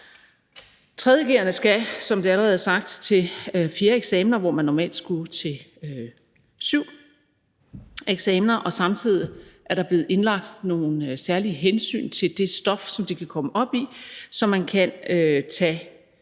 er sagt, til fire eksamener, hvor man normalt skulle til syv eksamener, og samtidig er der blevet indlagt nogle særlige hensyn til det stof, som de kan komme op i, så man kan tage